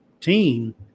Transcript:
team